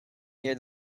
near